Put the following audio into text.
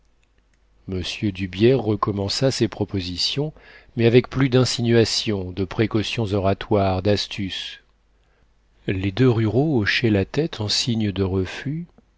m d'hubières recommença ses propositions mais avec plus d'insinuations de précautions oratoires d'astuce les deux ruraux hochaient la tête en signe de refus